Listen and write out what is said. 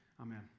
amen